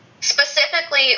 Specifically